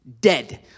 Dead